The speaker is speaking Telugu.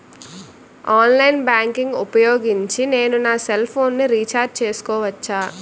ఆన్లైన్ బ్యాంకింగ్ ఊపోయోగించి నేను నా సెల్ ఫోను ని రీఛార్జ్ చేసుకోవచ్చా?